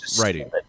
writing